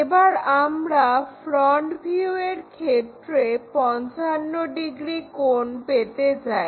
এবার আমরা front view এর ক্ষেত্রে 55 ডিগ্রী কোণ পেতে চাই